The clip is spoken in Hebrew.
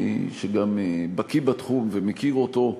שגם בקי בתחום ומכיר אותו,